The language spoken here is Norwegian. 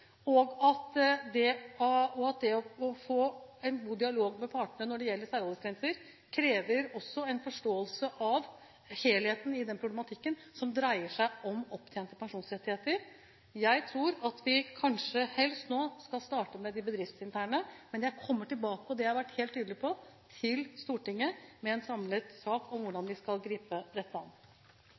og at det å få en god dialog med partene når det gjelder særaldersgrenser, krever en forståelse av helheten i den problematikken som dreier seg om opptjente pensjonsrettigheter. Jeg tror at vi helst nå skal starte med de bedriftsinterne aldersgrensene. Men jeg kommer tilbake til Stortinget – og det har jeg vært helt tydelig på – med en samlet sak om hvordan vi skal gripe dette an.